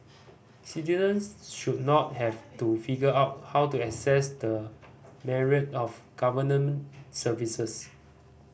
citizens should not have to figure out how to access the myriad of Government services